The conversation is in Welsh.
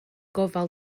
gofal